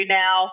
now